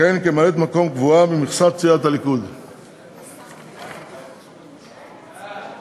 כך שרשימת הישיבות הנוכחית תעמוד בתוקף עד ליום 19 במרס